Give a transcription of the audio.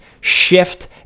shift